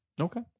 Okay